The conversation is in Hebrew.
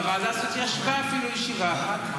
והוועדה הזאת ישבה אפילו ישיבה אחת.